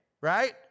right